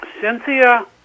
Cynthia